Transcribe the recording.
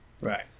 Right